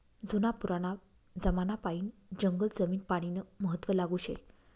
जुना पुराना जमानापायीन जंगल जमीन पानीनं महत्व लागू शे